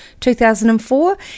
2004